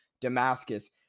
Damascus